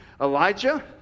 Elijah